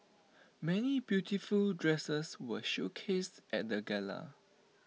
many beautiful dresses were showcased at the gala